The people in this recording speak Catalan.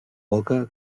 boca